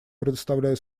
предоставляю